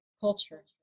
culture